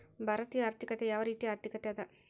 ಭಾರತೇಯ ಆರ್ಥಿಕತೆ ಯಾವ ರೇತಿಯ ಆರ್ಥಿಕತೆ ಅದ?